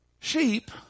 sheep